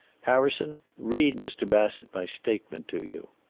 harrison, read mr. bassett my statement to you.